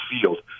field